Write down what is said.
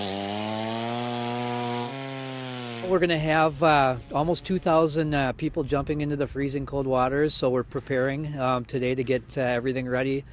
a we're going to have almost two thousand people jumping into the freezing cold waters so we're preparing today to get everything ready